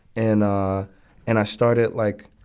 and i and i started like,